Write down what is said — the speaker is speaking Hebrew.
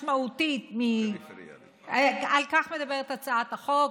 משמעותית, על כך מדברת הצעת החוק.